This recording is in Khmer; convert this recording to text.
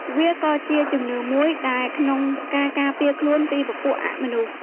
វាក៏ជាជំនឿមួយដែរក្នុងការការពារខ្លួនពីពពួកអមនុស្ស។